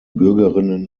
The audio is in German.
bürgerinnen